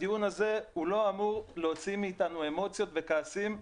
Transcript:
הדיון הזה לא אמור להוציא מאתנו אמוציות וכעסים,